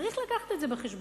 צריך להביא את זה בחשבון.